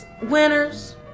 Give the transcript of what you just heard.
Winners